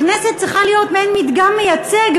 הכנסת צריכה להיות מעין מדגם מייצג,